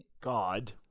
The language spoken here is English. God